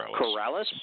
Corrales